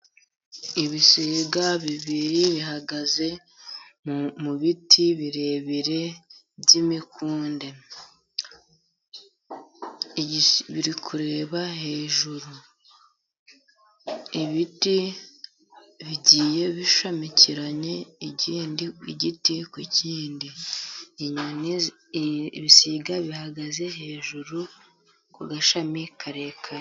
Ibisiga bibiri bihagaze mu biti birebire by’imikunde. Biri kureba hejuru, ibiti bigiye bishamikiranye igiti ku kindi. Ibisiga bihagaze hejuru ku gashami karekare.